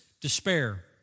despair